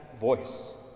voice